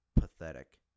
Pathetic